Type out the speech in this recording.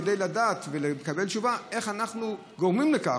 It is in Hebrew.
כדי לדעת ולקבל תשובה איך אנחנו גורמים לכך,